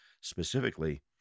specifically